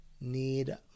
need